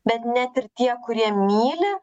bet net ir tie kurie myli